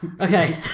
Okay